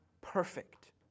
perfect